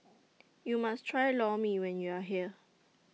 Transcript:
YOU must Try Lor Mee when YOU Are here